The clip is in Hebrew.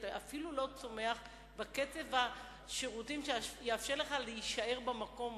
אתה לא צומח אפילו בקצב שיאפשר לך להישאר במקום,